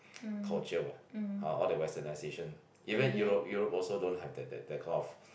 culture what ah all that westernization even Europe Europe also don't have that that that kind of